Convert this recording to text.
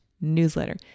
newsletter